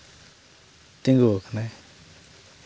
ᱛᱤᱸᱜᱩ ᱟᱠᱟᱱᱟᱭ